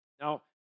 Now